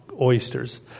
oysters